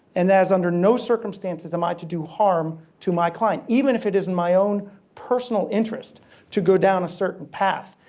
and that is under no circumstances am i to do harm to my client even if it is in my own personal interest to go down a certain path.